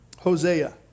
Hosea